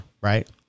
right